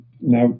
Now